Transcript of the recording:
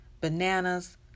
bananas